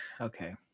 okay